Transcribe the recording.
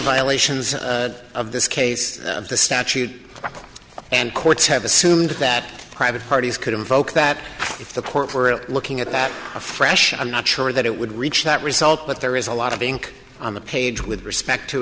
violations of this case of the statute and courts have assumed that private parties could invoke that if the court were looking at that afresh i'm not sure that it would reach that result but there is a lot of ink on the page with respect to